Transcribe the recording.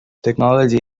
technology